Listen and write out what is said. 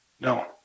No